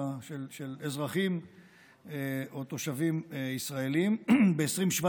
של אזרחים או תושבים ישראלים: ב-2017,